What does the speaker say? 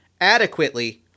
adequately